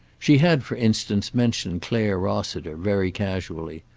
she had, for instance, mentioned clare rossiter, very casually.